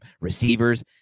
receivers